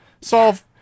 solve